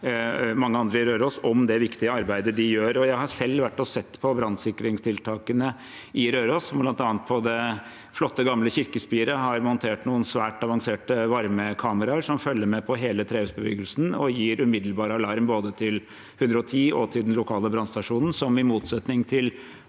og mange andre på Røros om det viktige arbeidet de gjør, og jeg har selv vært og sett på brannsikringstiltakene på Røros. Blant annet har man på det flotte, gamle kirkespiret montert noen svært avanserte varmekameraer som følger med på hele trehusbebyggelsen og gir umiddelbar alarm både til 110 og til den lokale brannstasjonen, som i motsetning til